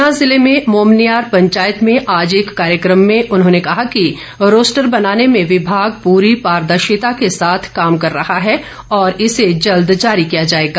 ऊना जिले की मोमनियार पंचायत में आज एक कार्यक्रम में उन्होंने कहा कि रोस्टर बनाने में विभाग पूरी पारदर्शिता के साथ काम कर रहा है और इसे जल्द जारी किया जाएगा